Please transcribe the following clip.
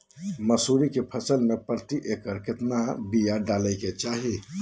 मसूरी के फसल में प्रति एकड़ केतना बिया डाले के चाही?